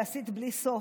ועשית בלי סוף,